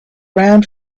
round